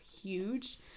huge